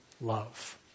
love